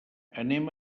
anem